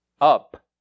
up